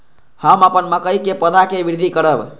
हम अपन मकई के पौधा के वृद्धि करब?